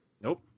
nope